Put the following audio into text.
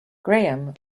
grahame